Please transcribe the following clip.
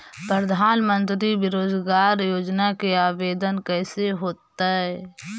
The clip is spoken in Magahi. प्रधानमंत्री बेरोजगार योजना के आवेदन कैसे होतै?